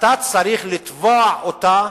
אתה צריך לתבוע אותם